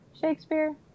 Shakespeare